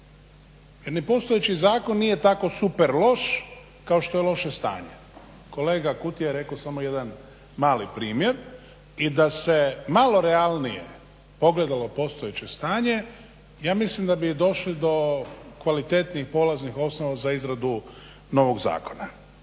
Jer ni postojeći zakon nije tako super loš kao što je loše stanje. Kolega Kutija je rekao samo jedan mali primjer i da se malo realnije pogledalo postojeće stanje ja mislim da bi došli do kvalitetnijih polaznih osnova za izradu novog zakona.